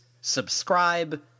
Subscribe